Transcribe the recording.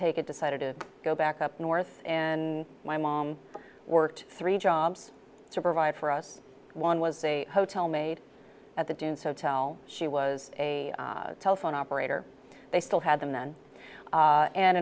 take it decided to go back up north and my mom worked three jobs to provide for us one was a hotel maid at the dunes so tell she was a telephone operator they still had the men